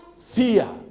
fear